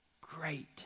great